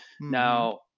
Now